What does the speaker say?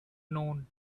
known